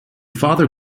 father